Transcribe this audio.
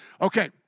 Okay